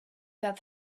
that